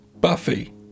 Buffy